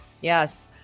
Yes